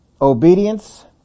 Obedience